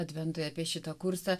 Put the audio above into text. adventui apie šitą kursą